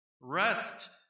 Rest